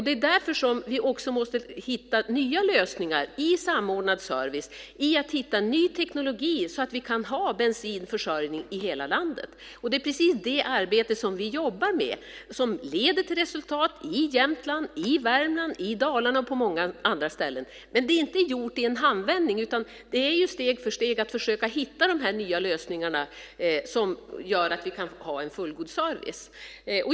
Det är därför som vi också måste hitta nya lösningar i samordnad service, i att hitta ny teknologi så att vi kan ha bensinförsörjning i hela landet. Det är precis det som vi jobbar med och som leder till resultat i Jämtland, i Värmland, i Dalarna och på många andra ställen. Men det är inte gjort i en handvändning, utan det handlar om att steg för steg försöka hitta de här nya lösningarna, som gör att vi kan ha en fullgod service.